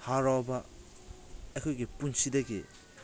ꯍꯔꯥꯎꯕ ꯑꯩꯈꯣꯏꯒꯤ ꯄꯨꯟꯁꯤꯗꯒꯤ